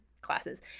classes